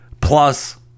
Plus